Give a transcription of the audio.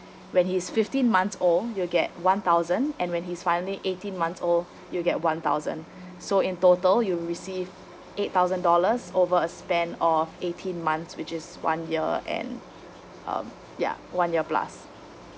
when he is fifteen months old you'll get one thousand and when he's finally eighteen months old you'll get one thousand so in total you'll received eight thousand dollars over a span of eighteen months which is one year and um yeah one year plus